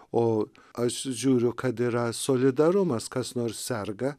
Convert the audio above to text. o aš žiūriu kad yra solidarumas kas nors serga